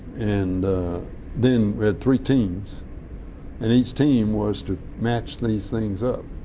and then we had three teams and each team was to match these things up.